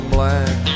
Black